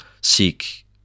seek